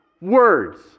words